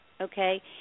okay